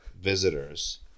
visitors